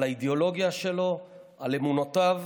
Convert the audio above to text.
על האידיאולוגיה שלו, על אמונותיו,